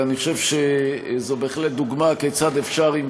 אני חושב שזו בהחלט דוגמה כיצד אפשר להגיע,